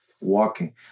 walking